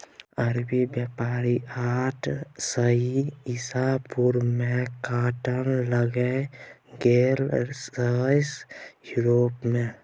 अरबी बेपारी आठ सय इसा पूर्व मे काँटन लए गेलै रहय युरोप मे